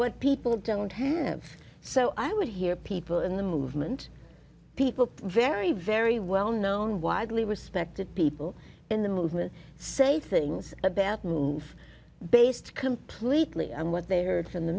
what people don't have so i would hear people in the movement people very very well known widely respected people in the movement say things a bad move based completely on what they